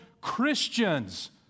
Christians